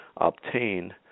obtain